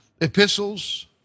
epistles